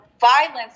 violence